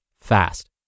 fast